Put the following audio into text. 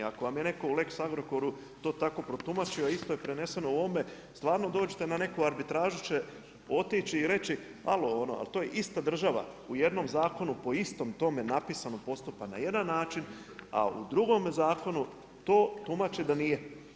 Ako vam je netko u Lex Agrokoru to tako protumačio, a isto je preneseno u ovome stvarno dođite na neku arbitražu će otići i reći halo ono, ali to je ista država u jednom zakonu po istom tome napisano postupa na jedan način, a u drugome zakonu to tumači da nije.